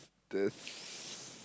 there's